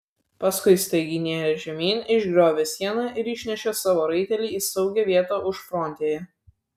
paskui staigiai nėrė žemyn išgriovė sieną ir išnešė savo raitelį į saugią vietą užfrontėje